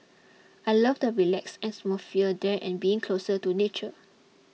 I love the relaxed atmosphere there and being closer to nature